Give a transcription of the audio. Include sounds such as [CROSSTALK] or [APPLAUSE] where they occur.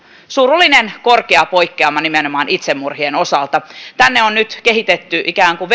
surullinen korkea poikkeama nimenomaan itsemurhien osalta sinne on nyt kehitetty ikään kuin [UNINTELLIGIBLE]